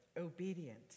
obedient